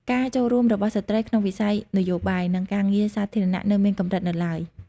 ការចូលរួមរបស់ស្ត្រីក្នុងវិស័យនយោបាយ និងការងារសាធារណៈនៅមានកម្រិតនៅឡើយ។